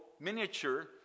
miniature